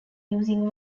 using